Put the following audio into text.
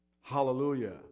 Hallelujah